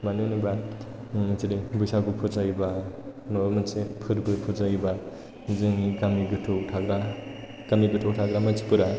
मानो होनोब्ला जेरै बैसागुफोर जायोबा माबा मोनसे फोरबोफोर जायोबा जोंनि गामि गोथौआव थाग्रा मानसिफोरा